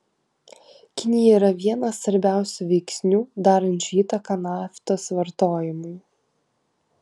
kinija yra vienas svarbiausių veiksnių darančių įtaką naftos vartojimui